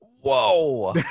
whoa